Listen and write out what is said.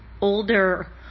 older